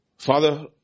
Father